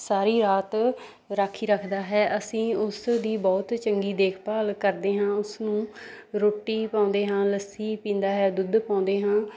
ਸਾਰੀ ਰਾਤ ਰਾਖੀ ਰੱਖਦਾ ਹੈ ਅਸੀਂ ਉਸ ਦੀ ਬਹੁਤ ਚੰਗੀ ਦੇਖਭਾਲ ਕਰਦੇ ਹਾਂ ਉਸਨੂੰ ਰੋਟੀ ਪਾਉਂਦੇ ਹਾਂ ਲੱਸੀ ਪੀਂਦਾ ਹੈ ਦੁੱਧ ਪਾਉਂਦੇ ਹਾਂ